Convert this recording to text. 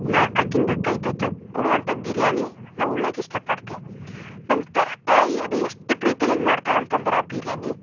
ನಾ ಆಕಿದು ಕೈ ತುತ್ತು ಕೊಡುವಂಥ ಬಿರ್ಯಾನಿ ನಾ ಉಳ್ಳಾಕ ಇಷ್ಟಪಡ್ತೆ ನಮ್ಮ ತಾಯಿ ಅದು ಎಷ್ಟು ಪ್ರೀತಿಲಿಂದ ಮಾಡ್ತಾಳಂತಂದ್ರೆ ಬಿರ್ಯಾನಿ